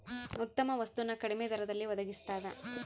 ಉತ್ತಮ ವಸ್ತು ನ ಕಡಿಮೆ ದರದಲ್ಲಿ ಒಡಗಿಸ್ತಾದ